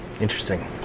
Interesting